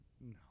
No